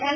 L